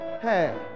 Hey